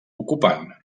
ocupant